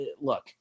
Look